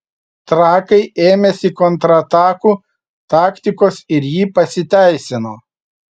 trakai ėmėsi kontratakų taktikos ir ji pasiteisino